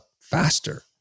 faster